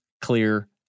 clear